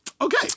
Okay